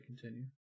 continue